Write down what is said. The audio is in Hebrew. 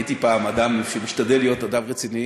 הייתי פעם אדם שמשתדל להיות אדם רציני,